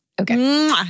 Okay